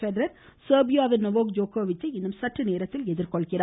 Federer செர்பியாவின் Novak ஜோகோவிச் சை இன்னும் சற்று நேரத்தில் எதிர்கொள்கிறார்